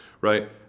right